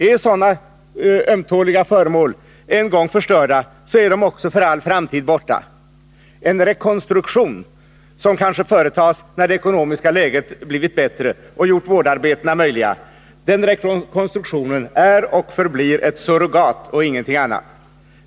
Är sådana ömtåliga föremål en gång förstörda, är de Tisdagen den också för all framtid borta — en rekonstruktion, som kanske företas när det 28 april 1981 ekonomiska läget blir bättre och gör vårdarbetena möjliga, är och förblir ett surrogat och ingenting annat.